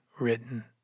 written